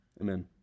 Amen